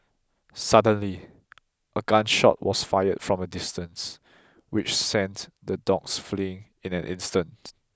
suddenly a gun shot was fired from a distance which sent the dogs fleeing in an instant